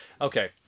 Okay